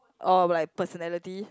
oh like personality